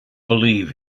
believe